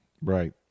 right